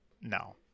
No